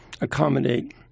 accommodate